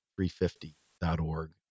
350.org